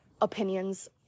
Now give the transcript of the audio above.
opinions